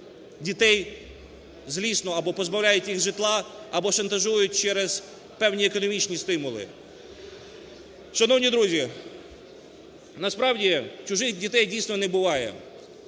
дітей злісно або позбавляють їх житла, або шантажують через певні економічна стимули. Шановні друзі, насправді чужих дітей, дійсно, не буває.